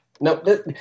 No